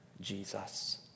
Jesus